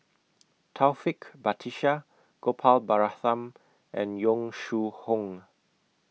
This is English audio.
Taufik Batisah Gopal Baratham and Yong Shu Hoong